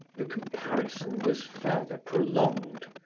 the comparison was further prolonged.